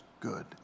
Good